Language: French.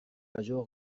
major